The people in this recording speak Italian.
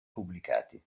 pubblicati